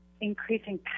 increasing